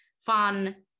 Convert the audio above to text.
fun